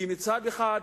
כי מצד אחד,